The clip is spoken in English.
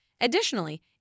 Additionally